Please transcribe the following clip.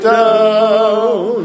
down